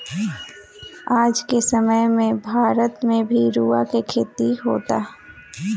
आज के समय में भारत में भी रुआ के खेती होता